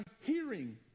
hearing